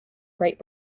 great